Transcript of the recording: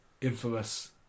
infamous